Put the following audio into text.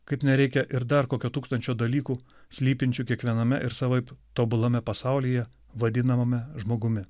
kaip nereikia ir dar kokio tūkstančio dalykų slypinčių kiekviename ir savaip tobulame pasaulyje vadinamame žmogumi